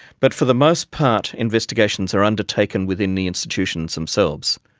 but for the most part, investigations are undertaken within the institutions themselves,